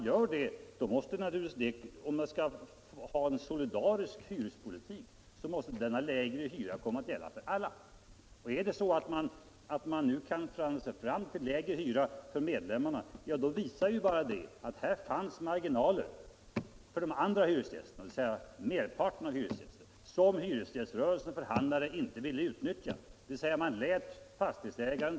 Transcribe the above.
Men om man skall ha en solidarisk hyrespolitik, då måste väl denna hyra eftersträvas för alla. Är det så att man nu kan förhandla sig fram till lägre hyra för medlemmarna, då visar det bara att här fanns marginaler, också för de andra hyresgästerna, marginaler som hyresgäströrelsens förhandlare inte ville utnyttja för andra än sina medlemmar.